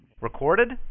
Recorded